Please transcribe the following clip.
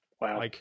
Wow